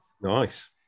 Nice